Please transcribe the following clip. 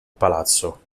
palazzo